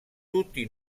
tutti